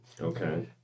okay